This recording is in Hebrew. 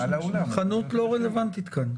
חנות לא רלוונטית כאן.